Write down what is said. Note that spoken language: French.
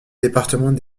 département